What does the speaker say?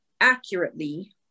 accurately